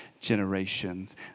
generations